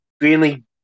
greenly